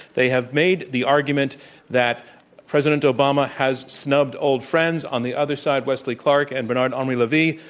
they have made the argument that president obama has snubbed old friends. on the other side, wesley clark and bernard-henri levy,